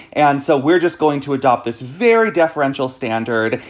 and so we're just going to adopt this very deferential standard.